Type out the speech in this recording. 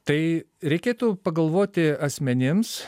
tai reikėtų pagalvoti asmenims